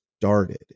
started